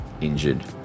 injured